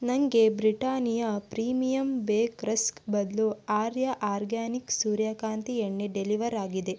ನಂಗೆ Britannia premium bake rusk ಬದಲು Arya organic ಸೂರ್ಯಕಾಂತಿ ಎಣ್ಣೆ ಡೆಲಿವರಾಗಿದೆ